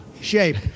shape